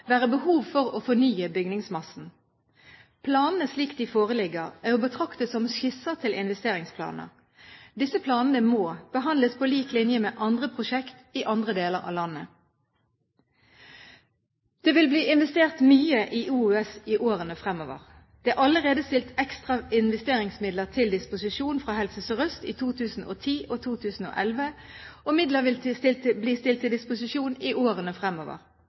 være behov for å fornye bygningsmassen. Planene, slik de foreligger, er å betrakte som skisser til investeringsplaner. Disse planene må behandles på lik linje med andre prosjekter i andre deler av landet. Det vil bli investert mye i Oslo universitetssykehus i årene fremover. Det er allerede stilt ekstra investeringsmidler til disposisjon fra Helse Sør-Øst i 2010 og 2011, og midler vil bli stilt til disposisjon i årene fremover.